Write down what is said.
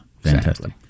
fantastic